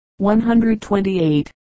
128